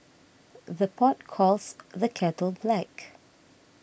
the pot calls the kettle black